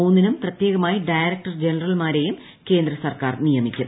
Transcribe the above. മൂന്നിനും പ്രത്യേകമായി ഡയറക്ടർ ജനറൽമാരെയും കേന്ദ്ര സർക്കാർ നിയമിക്കും